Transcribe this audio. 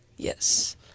Yes